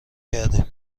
کردیم